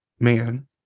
man